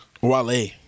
Wale